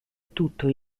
tutto